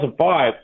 2005